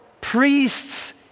priests